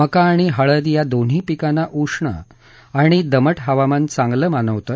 मका आणि हळद या दोन्ही पिकांना उष्ण आणि दमट हवामान चांगले मानवतं